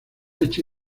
leche